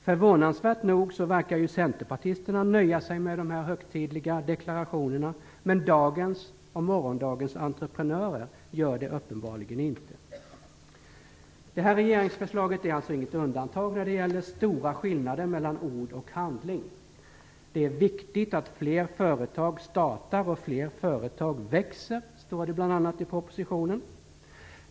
Förvånansvärt nog verkar centerpartisterna nöja sig med dessa högtidliga deklarationer. Men dagens och morgondagens entreprenörer gör det uppenbarligen inte. Det här regeringsförslaget är alltså inget undantag när det gäller stora skillnader mellan ord och handling. "Det är viktigt att fler företag startar och fler företag växer" står det bl.a. i propositionen.